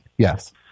yes